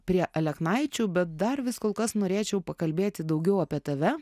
prie aleknaičių bet dar vis kol kas norėčiau pakalbėti daugiau apie tave